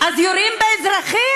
אז יורים באזרחים?